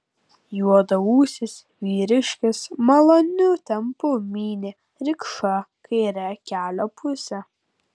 juodaūsis vyriškis maloniu tempu mynė rikšą kaire kelio puse